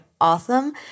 awesome